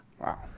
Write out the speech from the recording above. Wow